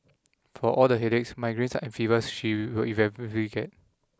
for all the headaches migraines and fevers she will inevitably get